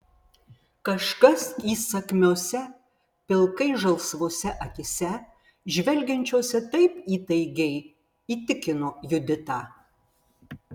kažkas įsakmiose pilkai žalsvose akyse žvelgiančiose taip įtaigiai įtikino juditą